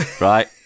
right